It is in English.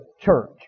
church